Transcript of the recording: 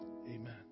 amen